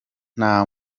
nta